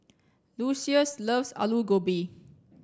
Lucious loves Alu Gobi